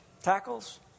Tackles